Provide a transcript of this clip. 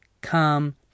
come